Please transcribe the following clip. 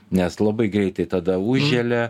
nes labai greitai tada užželia